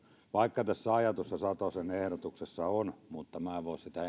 vaikka ajatusta tässä satosen ehdotuksessa on minä en voi henkilökohtaisesti sitä